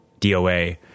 DOA